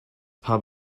paar